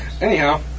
Anyhow